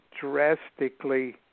drastically